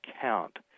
count